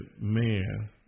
man